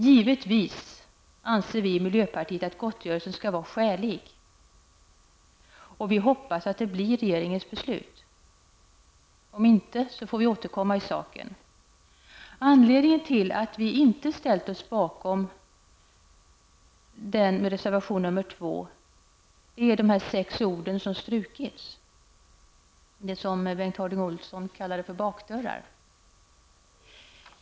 Givetvis anser vi i miljöpartiet att gottgörelsen skall vara skälig, och vi hoppas att detta blir regeringens beslut. Om så inte blir fallet, får vi återkomma i saken. Anledningen till att vi inte ställt oss bakom reservation 2 är de sex ord i utskottets skrivning som har strukits i reservationen, det som Bengt Harding Olson kallade för bakdörrar.